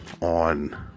on